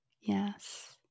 Yes